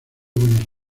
buenos